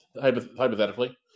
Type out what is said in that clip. hypothetically